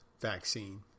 vaccine